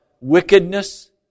wickedness